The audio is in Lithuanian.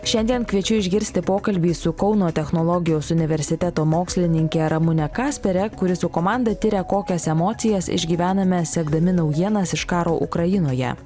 šiandien kviečiu išgirsti pokalbį su kauno technologijos universiteto mokslininke ramune kaspere kuri su komanda tiria kokias emocijas išgyvename sekdami naujienas iš karo ukrainoje